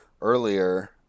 earlier